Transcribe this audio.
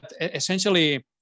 essentially